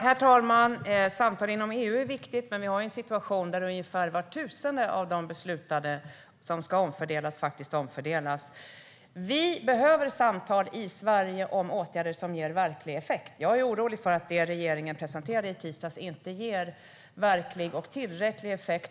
Herr talman! Samtal inom EU är viktiga, men vi har en situation där ungefär var tusende som man beslutar ska omfördelas faktiskt omfördelas. Vi behöver samtal i Sverige om åtgärder som ger verklig effekt. Jag är orolig för att det som regeringen presenterade i tisdags inte ger verklig och tillräcklig effekt.